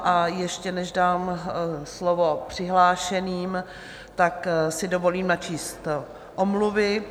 A ještě než dám slovo přihlášeným, tak si dovolím načíst omluvy.